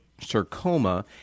Sarcoma